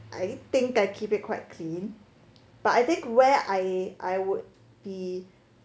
I think I keep it quite clean but I think where I I would be